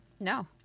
No